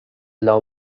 dla